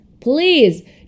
please